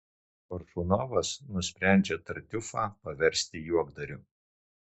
koršunovas nusprendžia tartiufą paversti juokdariu